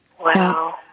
Wow